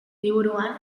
liburuan